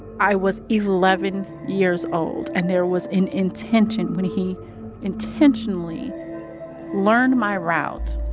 i was eleven years old, and there was an intention when he intentionally learned my route,